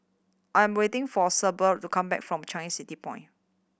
I am waiting for Sable to come back from Changi City Point